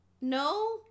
no